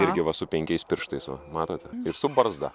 irgi va su penkiais pirštais va matote ir su barzda